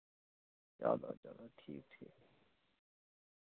चलो चलो ठीक ठीक